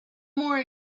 more